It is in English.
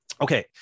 okay